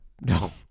no